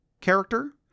character